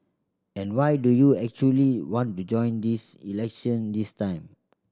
and why do you actually want to join this election this time